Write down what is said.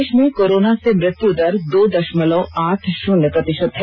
देश में कोरोना से मृत्यु दर दो दशमलव आठ शून्य प्रतिशत है